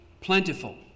plentiful